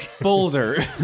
boulder